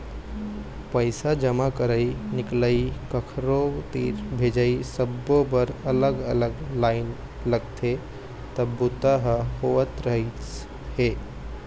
पइसा जमा करई, निकलई, कखरो तीर भेजई सब्बो बर अलग अलग लाईन लगथे तब बूता ह होवत रहिस हे